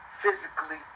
physically